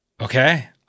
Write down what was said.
Okay